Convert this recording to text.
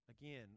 again